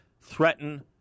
threaten